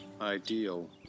ideal